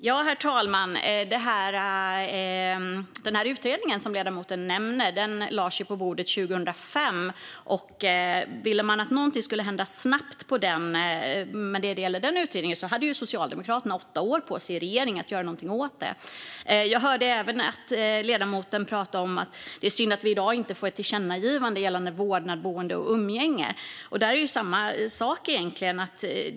Herr talman! Den utredning som ledamoten nämner lades på bordet 2005. Ville Socialdemokraterna att någonting skulle hända snabbt när det gällde den utredningen hade man kunnat göra någonting under de åtta år då man satt i regering. Jag hörde även ledamoten prata om att det är synd att vi i dag inte får ett tillkännagivande gällande vårdnad, boende och umgänge. Där är det egentligen samma sak.